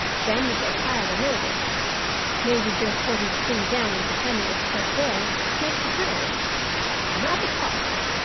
then we get tired or nervous maybe just holding the thing down and pretending it is not there makes us nervous and up it pops,